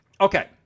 Okay